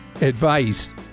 advice